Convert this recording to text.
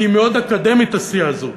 כי היא מאוד אקדמית הסיעה הזאת.